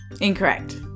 Incorrect